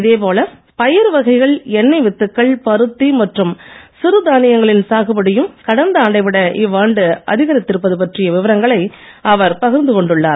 இதேபோல பயறு வகைகள் எண்ணெய் வித்துக்கள் பருத்தி மற்றும் சிறுதானியங்களின் சாகுபடியும் கடந்த ஆண்டை விட இவ்வாண்டு அதிகரித்து இருப்பது பற்றிய விவரங்களை அவர் பகிர்ந்து கொண்டுள்ளார்